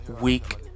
week